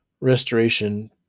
restoration